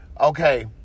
Okay